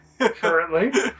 Currently